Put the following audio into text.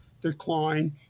decline